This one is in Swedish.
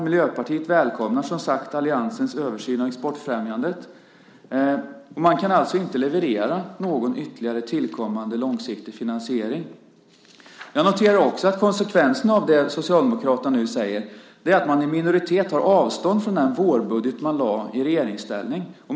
Miljöpartiet välkomnar, som sagt, alliansens översyn av exportfrämjandet. Man kan alltså inte leverera någon ytterligare tillkommande långsiktig finansiering. Jag noterar också att konsekvenserna av det Socialdemokraterna säger är att man i minoritet tar avstånd från den vårbudget man lade fram i regeringsställning.